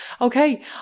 Okay